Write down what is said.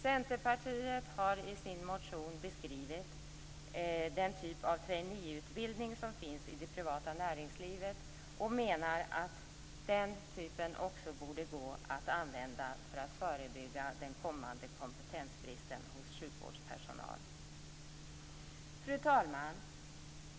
Centerpartiet har i sin motion beskrivit den typ av traineeutbildning som finns i det privata näringslivet. Vi menar att den typen också borde kunna användas för att förebygga den kommande kompetensbristen hos sjukvårdspersonal. Fru talman!